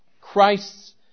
Christ's